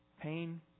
Pain